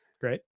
Great